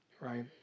right